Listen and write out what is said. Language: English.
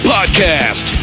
Podcast